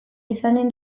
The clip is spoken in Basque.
izanen